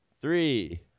Three